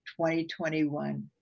2021